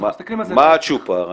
מה הצ'ופר?